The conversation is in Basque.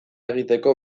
egiteko